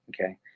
Okay